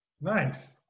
Nice